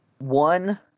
One